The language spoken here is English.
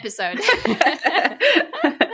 episode